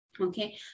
Okay